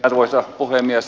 arvoisa puhemies